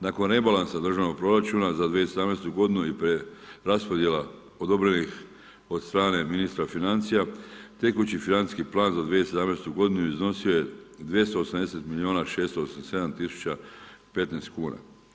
Nakon rebalansa državnog proračuna za 2017. g i preraspodijele odobrenih od strane ministra financija, tekući financijski plan za 2017. g. iznosio je 280 milijuna 687 tisuća 15 kn.